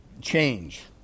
change